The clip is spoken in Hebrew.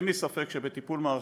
אין לי ספק שבטיפול מערכתי